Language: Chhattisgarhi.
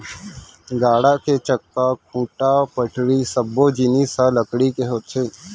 गाड़ा के चक्का, खूंटा, पटरी सब्बो जिनिस ह लकड़ी के होथे